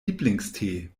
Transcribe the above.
lieblingstee